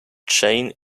jayne